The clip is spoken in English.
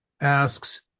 asks